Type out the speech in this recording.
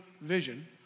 vision